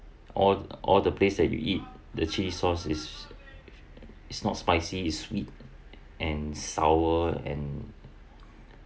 all all the place that you eat the chilli sauce is is not spicy is sweet and sour and